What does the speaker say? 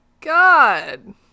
God